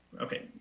Okay